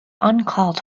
uncalled